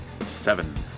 Seven